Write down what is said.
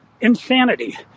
insanity